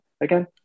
again